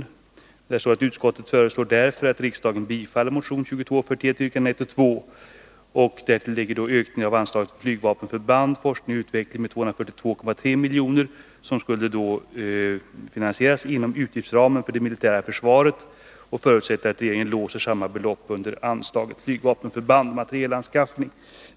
Man föreslår också att utskottets anförande bl.a. skall lyda: med 242,3 milj.kr. skall ske inom utgiftsramen för det militära försvaret och förutsätter att regeringen låser samma belopp under anslaget Flygvapenförband: Materielanskaffning.”